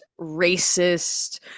racist